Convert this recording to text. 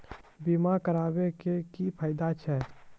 बीमा कराबै के की फायदा छै?